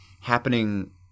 happening